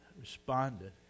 responded